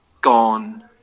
gone